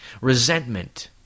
resentment